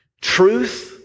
Truth